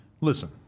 listen